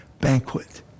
banquet